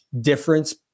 difference